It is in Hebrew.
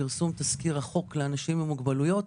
פרסום תסקיר החוק לאנשים עם מוגבלויות.